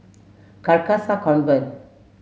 Carcasa Convent